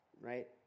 right